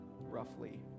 roughly